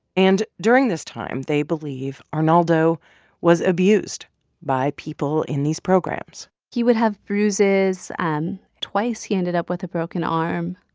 and during this time, they believe arnaldo was abused by people in these programs he would have bruises. um twice, he ended up with a broken arm.